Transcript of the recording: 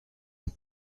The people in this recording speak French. est